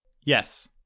Yes